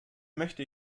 möchte